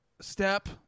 Step